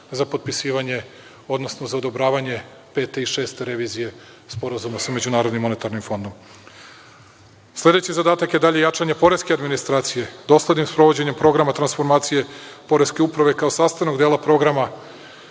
za potpisivanje, odnosno za odobravanje Pete i Šeste revizije Sporazuma sa MMF.Sledeći zadatak je dalje jačanje poreske administracije. Doslednim sprovođenjem programa transformacije Poreske uprave kao sastavnog dela programa